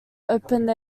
open